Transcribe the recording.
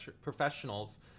professionals